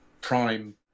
prime